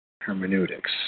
Hermeneutics